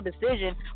decision